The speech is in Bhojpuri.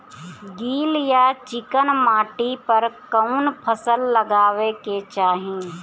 गील या चिकन माटी पर कउन फसल लगावे के चाही?